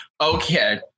Okay